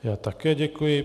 Já také děkuji.